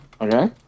Okay